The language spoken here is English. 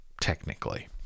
technically